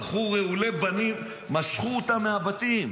הלכו רעולי פנים, משכו אותם מהבתים.